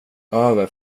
över